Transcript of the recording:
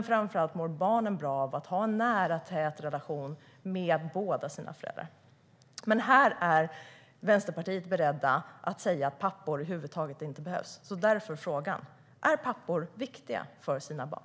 Framför allt mår barnen bra av att ha en nära och tät relation med båda sina föräldrar. Men här är Vänsterpartiet berett att säga att pappor över huvud taget inte behövs. Därför frågan: Är pappor viktiga för sina barn?